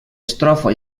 estrofa